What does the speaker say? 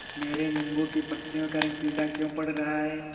मेरे नींबू की पत्तियों का रंग पीला क्यो पड़ रहा है?